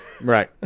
Right